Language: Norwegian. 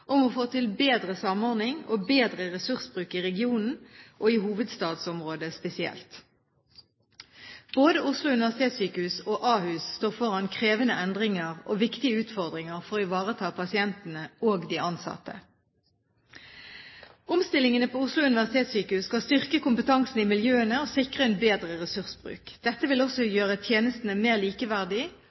om å få til bedre samordning og bedre ressursbruk i regionen og i hovedstadsområdet spesielt. Både Oslo universitetssykehus og Ahus står foran krevende endringer og viktige utfordringer for å ivareta pasientene og de ansatte. Omstillingene på Oslo universitetssykehus skal styrke kompetansen i miljøene og sikre en bedre ressursbruk. Dette vil også gjøre tjenestene mer